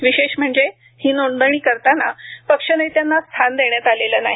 विशेष म्हणजे ही नोंदणी करताना पक्षनेत्यांना स्थान देण्यात आलेले नाही